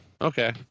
Okay